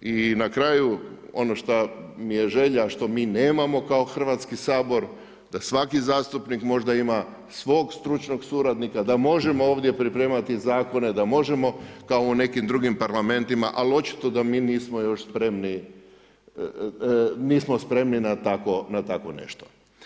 i na kraju, ono što mi je želja, što mi nemamo kao Hrvatski sabor, da svaki zastupnik možda ima svog stručnog suradnika, da možemo ovdje pripremati zakone, da možemo kao u nekim drugim parlamentima, ali očito da mi nismo još spremni, nismo spremni na tako nešto.